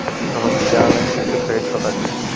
हमन बीजा ऑनलाइन कइसे खरीद सकथन?